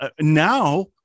now